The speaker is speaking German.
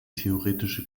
theoretische